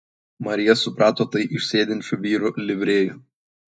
marija suprato tai iš sėdinčių vyrų livrėjų